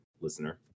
listener